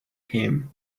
came